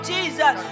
Jesus